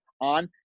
on